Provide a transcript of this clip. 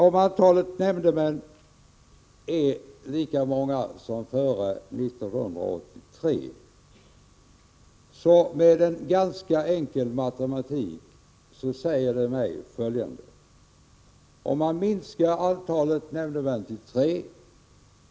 Om antalet nämndemän är lika stort som före 1983, säger detta mig följande — och det är en ganska enkel matematik.